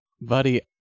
buddy